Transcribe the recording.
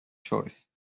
შორის